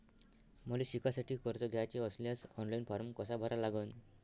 मले शिकासाठी कर्ज घ्याचे असल्यास ऑनलाईन फारम कसा भरा लागन?